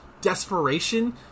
desperation